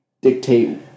dictate